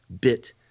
bit